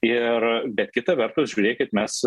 ir bet kita vertus žiūrėkit mes